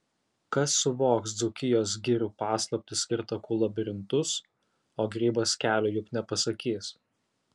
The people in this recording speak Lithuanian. kas suvoks dzūkijos girių paslaptis ir takų labirintus o grybas kelio juk nepasakys